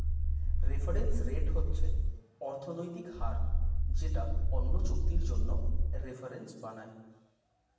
reference rate হচ্ছে অর্থনৈতিক হার যেটা অন্য চুক্তির জন্য রেফারেন্স বানায়